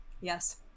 Yes